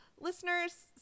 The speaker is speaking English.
Listeners